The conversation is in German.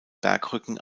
bergrücken